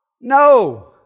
No